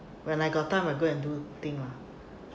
when I got time I go and do thing lah